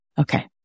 Okay